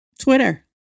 Twitter